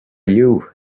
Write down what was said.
you